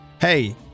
hey